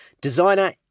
designer